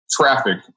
traffic